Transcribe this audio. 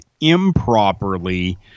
improperly